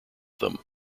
them